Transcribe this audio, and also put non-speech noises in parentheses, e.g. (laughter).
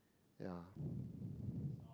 ya (breath)